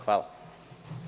Hvala.